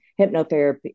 hypnotherapy